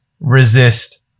resist